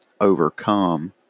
overcome